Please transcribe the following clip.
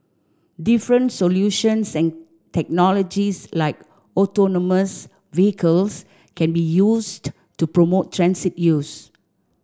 different solutions and technologies like autonomous vehicles can be used to promote transit use